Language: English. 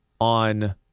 on